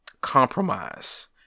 compromise